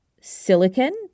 silicon